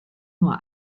nur